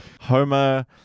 Homer